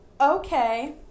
okay